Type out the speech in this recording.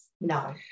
No